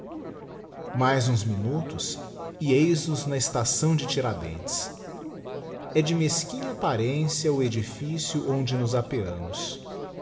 mais uns minutos e eis nos na estação de tiradentes e de mesquinha apparencia o edifício onde nos apeamos